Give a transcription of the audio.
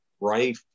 right